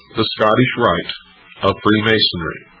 the scottish rite of freemasonry,